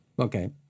Okay